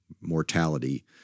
mortality